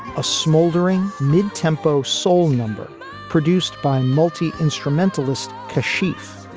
a smoldering, mid-tempo soul number produced by multi-instrumentalist kashif,